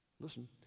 listen